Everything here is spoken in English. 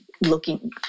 looking